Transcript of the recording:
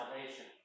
salvation